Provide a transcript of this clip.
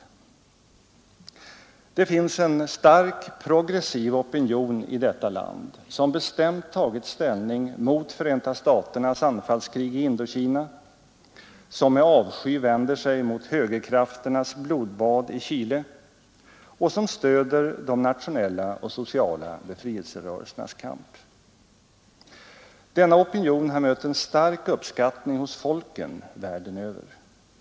Det finns en stark progressiv opinion i detta land som bestämt tagit ställning mot Förenta staternas anfallskrig i Indokina, som med avsky vänder sig mot högerkrafternas blodbad i Chile och som stöder de nationella och sociala befrielserörelsernas kamp. Denna opinion har mött en stark uppskattning hos folken världen över.